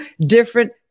different